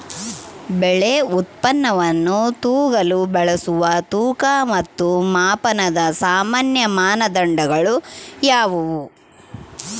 ಬೆಳೆ ಉತ್ಪನ್ನವನ್ನು ತೂಗಲು ಬಳಸುವ ತೂಕ ಮತ್ತು ಮಾಪನದ ಸಾಮಾನ್ಯ ಮಾನದಂಡಗಳು ಯಾವುವು?